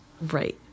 Right